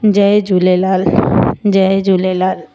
जय झूलेलाल जय झूलेलाल